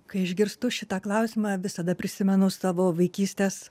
kai išgirstu šitą klausimą visada prisimenu savo vaikystės